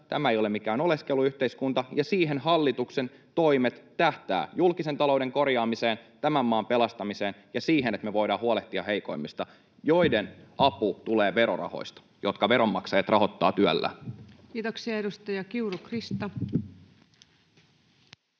tämä ei ole mikään oleskeluyhteiskunta — ja siihen hallituksen toimet tähtäävät: julkisen talouden korjaamiseen, tämän maan pelastamiseen ja siihen, että me voidaan huolehtia heikoimmista, joiden apu tulee verorahoista, jotka veronmaksajat rahoittavat työllään. [Speech 58] Speaker: Ensimmäinen